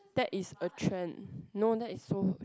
that is a trend no that is so